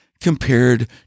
Compared